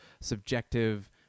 subjective